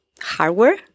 hardware